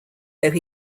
though